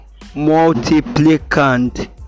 multiplicand